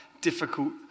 difficult